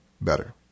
better